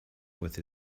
with